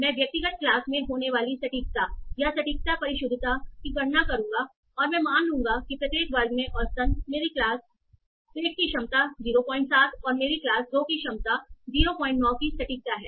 मैं व्यक्तिगत क्लास में होने वाली सटीकता या सटीकता परिशुद्धता की गणना करूँगा और मैं मान लूंगा कि प्रत्येक वर्ग में औसतन मेरी क्लास एक की क्षमता 07 और मेरी क्लास दो की क्षमता 09 की सटीकता है